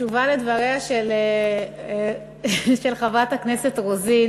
כתשובה על דבריה של חברת הכנסת רוזין